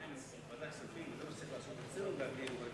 אני מציע המון שנים שבוועדת הכספים תהיה ועדת